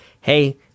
hey